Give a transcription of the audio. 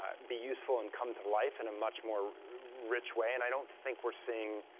ah be useful and come to life in a much more rich way. and i don't think we're seeing